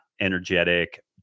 energetic